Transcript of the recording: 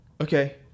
Okay